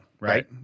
right